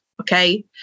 okay